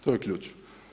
To je ključ.